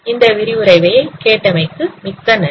இந்த விரிவுரையை கேட்டமைக்கு மிக்க நன்றி